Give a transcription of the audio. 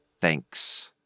Thanks